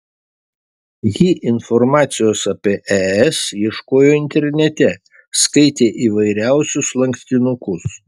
ji informacijos apie es ieškojo internete skaitė įvairiausius lankstinukus